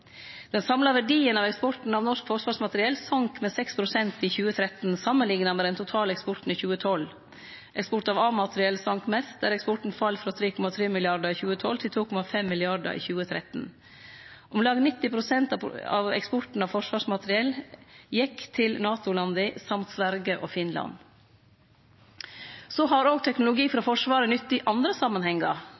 Den samla verdien av eksporten av norsk forsvarsmateriell sank med 6 pst. i 2013 samanlikna med den totale eksporten i 2012. Eksporten av A-materiell sank mest, der eksporten fall frå 3,3 mrd. kr i 2012 til 2,5 mrd. kr i 2013. Om lag 90 pst. av eksporten av forsvarsmateriell gjekk til NATO-landa, og til Sverige og Finland. Teknologi frå Forsvaret kan òg vere nyttig i andre samanhengar.